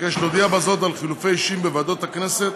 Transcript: אבקש להודיע בזאת על חילופי אישים בוועדות הכנסת